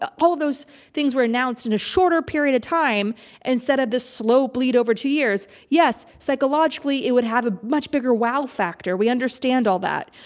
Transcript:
ah all of those things were announced in a shorter period of time instead of the slow bleed over two years, yes, psychologically it would have a much bigger wow factor. we understand all that.